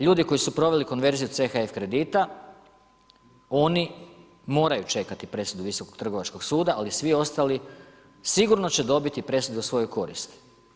Ljudi koji su proveli konverziju CHF kredita, oni moraju čekati presudu Visokog trgovačkog suda, ali svi ostali, sigurno će dobiti presudu u svoju korist.